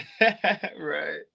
Right